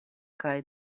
kaj